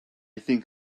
think